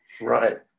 Right